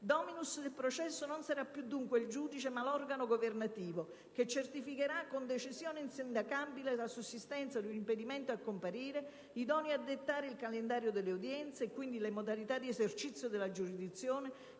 *Dominus* del processo non sarà più dunque il giudice ma l'organo governativo che certificherà, con decisione insindacabile, la sussistenza di un impedimento a comparire, idoneo a dettare il calendario delle udienze e quindi le modalità di esercizio della giurisdizione,